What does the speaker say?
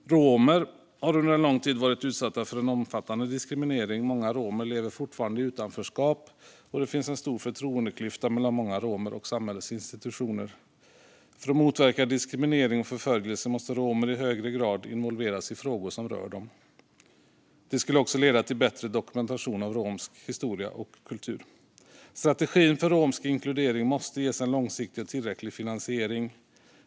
Romer har under lång tid varit utsatta för omfattande diskriminering. Många romer lever fortfarande i utanförskap, och det finns en stor förtroendeklyfta mellan många romer och samhällets institutioner. För att motverka diskriminering och förföljelse måste romer i högre grad involveras i frågor som rör dem. Det skulle också leda till bättre dokumentation av romsk historia och kultur. Strategin för romsk inkludering måste ges långsiktig och tillräcklig finansiering.